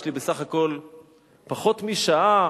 יש לי בסך הכול פחות משעה,